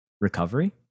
recovery